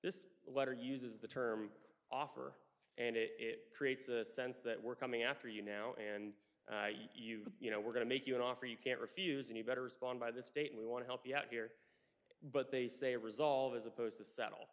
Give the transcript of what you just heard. this letter uses the term offer and it creates a sense that we're coming after you now and you know we're going to make you an offer you can't refuse and you better respond by this date we want to help you out here but they say resolve as opposed to settle